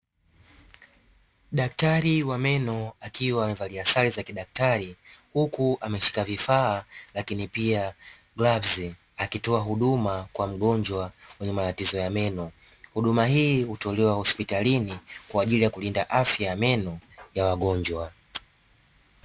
Daktari wa meno akiwa amevalia sare za kidaktari huku ameshika vifaa lakini pia glavu, akitoa huduma kwa mgonjwa mwenye matatizo ya meno, huduma hii hutolewa hospitalini kwa ajili ya kulinda afya ya meno ya wagonjwa.